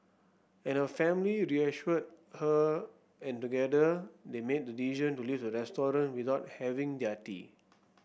and her family reassured her and together they made the decision to leave the restaurant without having their tea